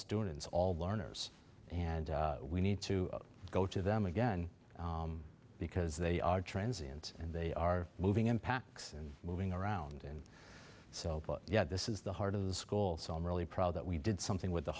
students all learners and we need to go to them again because they are transients and they are moving in packs and moving around and so yeah this is the heart of the school so i'm really proud that we did something with the